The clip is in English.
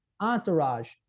Entourage